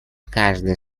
каждой